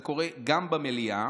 זה קורה גם במליאה.